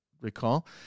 recall